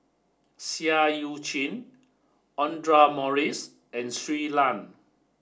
Seah Eu Chin Audra Morrice and Shui Lan